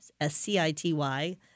S-C-I-T-Y